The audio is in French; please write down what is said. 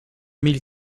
mille